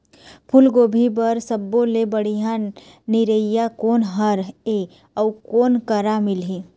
फूलगोभी बर सब्बो ले बढ़िया निरैया कोन हर ये अउ कोन करा मिलही?